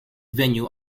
venue